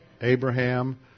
Abraham